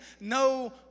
no